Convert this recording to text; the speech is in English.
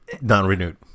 non-renewed